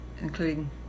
including